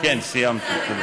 כן, סיימתי, תודה.